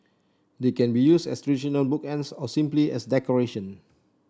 they can be used as traditional bookends or simply as decoration